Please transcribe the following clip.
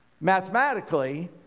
mathematically